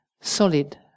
solid